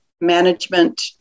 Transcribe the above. management